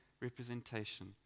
representation